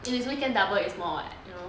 weekend double is more what you know